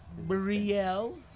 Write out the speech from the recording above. Brielle